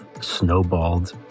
snowballed